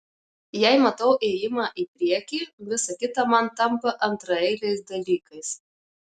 jei matau ėjimą į priekį visa kita man tampa antraeiliais dalykais